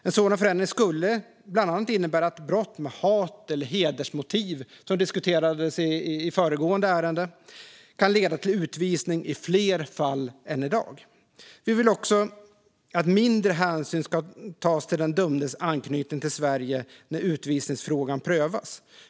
En sådan förändring skulle bland annat innebära att brott med hat eller hedersmotiv, som diskuterades i ett tidigare ärende, kan leda till utvisning i fler fall än i dag. Vi vill också att mindre hänsyn ska tas till den dömdes anknytning till Sverige när utvisningsfrågan prövas.